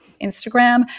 Instagram